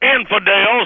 infidels